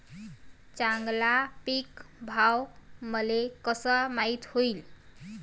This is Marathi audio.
चांगला पीक भाव मले कसा माइत होईन?